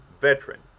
veteran